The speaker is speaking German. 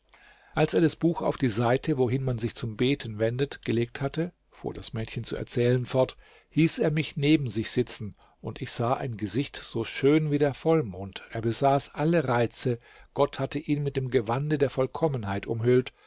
als er das buch auf die seite wohin man sich zum beten wendet gelegt hatte fuhr das mädchen zu erzählen fort hieß er mich neben sich sitzen und ich sah ein gesicht so schön wie der vollmond er besaß alle reize gott hatte ihn mit dem gewande der vollkommenheit umhüllt